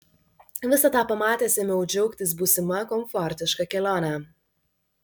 visą tą pamatęs ėmiau džiaugtis būsima komfortiška kelione